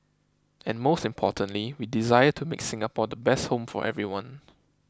and most importantly we desire to make Singapore the best home for everyone